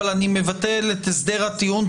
אבל אני מבטל את הסדר הטיעון,